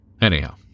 Anyhow